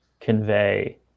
convey